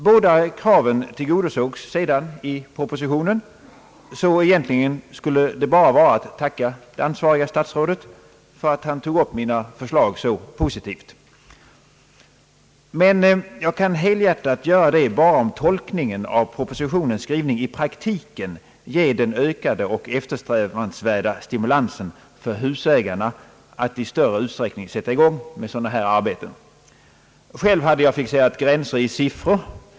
Båda kraven tillgodosågs sedan i propositionen, så jag skulle egentligen bara ha att tacka statsrådet för att han tog upp mina förslag så positivt. Men jag kan helhjärtat göra det bara om tolkningen av propositionens skrivning i praktiken ger den ökade och eftersträvade stimulansen för husägarna att i större utsträckning sätta i gång sådana här arbeten. Själv hade jag fixerat gränser i siffror.